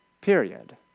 period